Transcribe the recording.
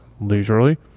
leisurely